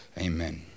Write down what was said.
Amen